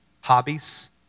hobbies